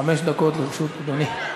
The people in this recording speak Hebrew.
חמש דקות לרשות אדוני.